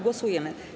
Głosujemy.